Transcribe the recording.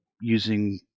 using